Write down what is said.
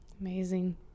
Amazing